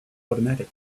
automatic